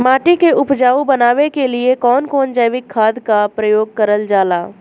माटी के उपजाऊ बनाने के लिए कौन कौन जैविक खाद का प्रयोग करल जाला?